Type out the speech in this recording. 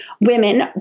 women